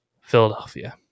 Philadelphia